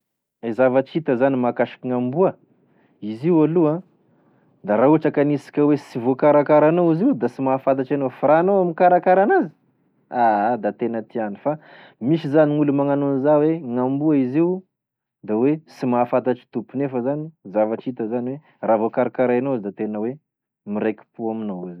E zavatra hita 'zany mahakasiky gn'amboa, izy io aloha a, da raha ohatra ka anisika hoe sy voakarakara anao izy io da sy mahafantatry anao fa raha anao mikarakara an'azy, aah da tena tiany fa misy zany gn'olo magnano an'iza hoe gn'amboa izy io, da hoe sy mahafantatry tompony nefa 'zany zavatra hita 'zany hoe raha vao karakarainao izy da tena hoe miraiki-po aminao izy.